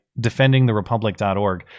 defendingtherepublic.org